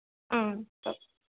అంతే